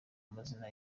amazina